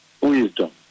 Wisdom